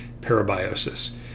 parabiosis